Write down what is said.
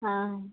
हाँ